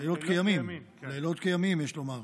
לילות כימים, יש לומר,